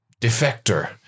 defector